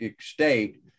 state